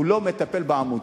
הוא לא מטפל בעמותות.